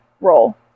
role